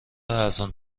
ارزان